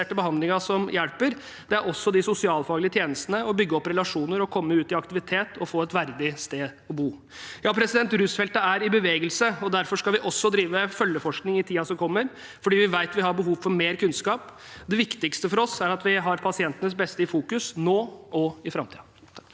det gjør også de sosialfaglige tjenestene og det å bygge opp relasjoner, komme ut i aktivitet og få et verdig sted å bo. Rusfeltet er i bevegelse, og derfor skal vi også drive følgeforskning i tiden som kommer. Vi vet vi har behov for mer kunnskap. Det viktigste for oss er at vi har pasientenes beste i fokus, nå og i framtiden.